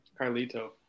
Carlito